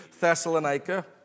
Thessalonica